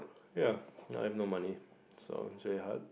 ya now I have no money so it's very hard